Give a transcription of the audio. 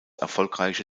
erfolgreiche